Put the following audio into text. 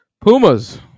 Pumas